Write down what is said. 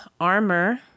Armor